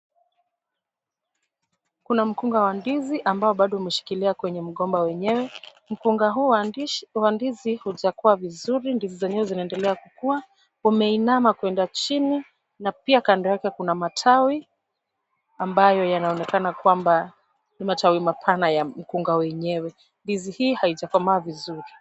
Kuna mkunga wa ndizi ambao bado umeshikilia kwenye mgomba wenyewe. Mkunga huu wa ndizi hujakuwa vizuri, ndizi zenyewe zinaendelea kukua. Umeinama kwenda chini, na pia kanda yake kuna matawi. Ambayo yanaonekana kwamba ni matawi mapana ya mkunga wenyewe. Ndizi hii haijakomaa vizuri.